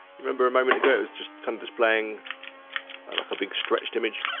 remember a moment ago, it was just kind of displaying like a big stretched image,